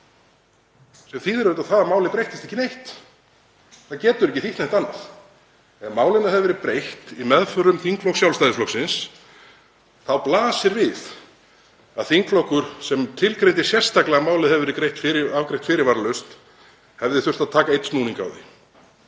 Það þýðir auðvitað að málið breyttist ekki neitt. Það getur ekki þýtt neitt annað. Ef málinu hefði verið breytt í meðförum þingflokks Sjálfstæðisflokksins þá blasir við að þingflokkur sem tilgreindi sérstaklega að málið hefði verið afgreitt fyrirvaralaust hefði þurft að taka einn snúning á því.